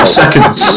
seconds